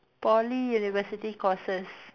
Poly university courses